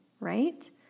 right